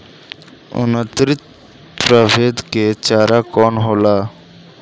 उन्नत प्रभेद के चारा कौन होला?